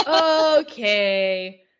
Okay